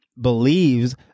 believes